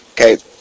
Okay